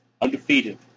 Undefeated